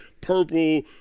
purple